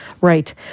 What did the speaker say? Right